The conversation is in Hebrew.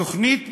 תוכנית "מפנה",